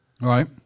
Right